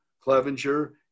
Clevenger